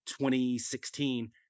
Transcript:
2016